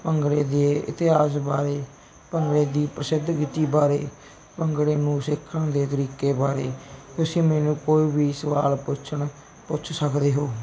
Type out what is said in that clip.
ਭੰਗੜੇ ਦੇ ਇਤਿਹਾਸ ਬਾਰੇ ਭੰਗੜੇ ਦੀ ਪ੍ਰਸਿੱਧ ਰੀਤੀ ਬਾਰੇ ਭੰਗੜੇ ਨੂੰ ਸਿੱਖਾਂ ਦੇ ਤਰੀਕੇ ਬਾਰੇ ਤੁਸੀਂ ਮੈਨੂੰ ਕੋਈ ਵੀ ਸਵਾਲ ਪੁੱਛਣ ਪੁੱਛ ਸਕਦੇ ਹੋ